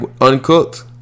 uncooked